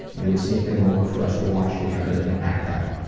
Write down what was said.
and would sneak them over for us to watch together and act out.